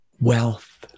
wealth